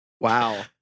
Wow